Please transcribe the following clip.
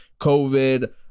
covid